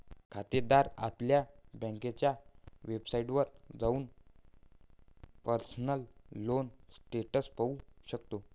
खातेदार आपल्या बँकेच्या वेबसाइटवर जाऊन पर्सनल लोन स्टेटस पाहू शकतो